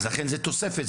לכן זו תוספת,